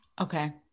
Okay